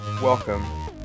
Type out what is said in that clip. Welcome